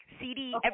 CD